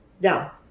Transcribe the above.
Now